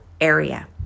area